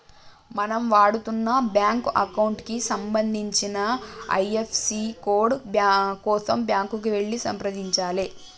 మనం వాడుతున్న bank account కి సంబంధించిన ఐ.ఎఫ్.ఎస్.సి కోడ్ కోసం బ్యాంకుకి వెళ్లి సంప్రదించాలే